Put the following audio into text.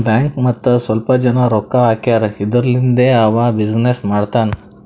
bank ಮತ್ತ ಸ್ವಲ್ಪ ಜನ ರೊಕ್ಕಾ ಹಾಕ್ಯಾರ್ ಇದುರ್ಲಿಂದೇ ಅವಾ ಬಿಸಿನ್ನೆಸ್ ಮಾಡ್ತಾನ್